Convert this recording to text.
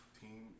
team